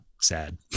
sad